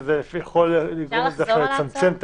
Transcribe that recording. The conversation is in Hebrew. שזה יכול לצמצם את